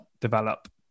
develop